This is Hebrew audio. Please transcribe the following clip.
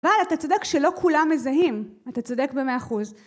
וואלה, אתה צודק שלא כולם מזהים. אתה צודק ב-100%.